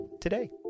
today